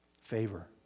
favor